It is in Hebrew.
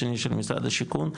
השני של משרד השיכון,